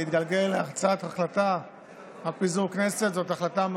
להתגלגל להצעת החלטה על פיזור הכנסת,